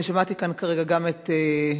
אני שמעתי כאן כרגע גם את חברי,